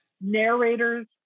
Narrators